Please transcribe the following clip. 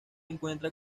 encuentra